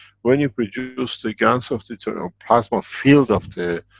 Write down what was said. when you produce the gans of deuterium, plasma field of the